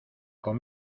con